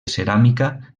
ceràmica